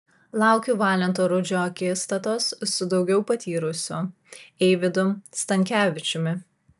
laukiu valento rudžio akistatos su daugiau patyrusiu eivydu stankevičiumi